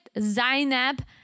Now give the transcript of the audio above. Zainab